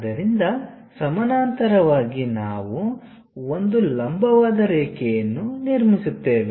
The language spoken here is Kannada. ಆದ್ದರಿಂದ ಸಮಾನಾಂತರವಾಗಿ ನಾವು ಒಂದು ಲಂಬವಾದರೇಖೆಯನ್ನು ನಿರ್ಮಿಸುತ್ತೇವೆ